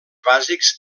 bàsics